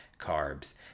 carbs